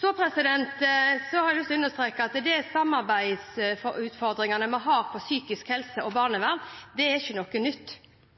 Så har jeg lyst til å understreke at de samarbeidsutfordringene som vi har innen psykisk helse og barnevern, ikke er noe nytt.